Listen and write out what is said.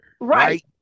Right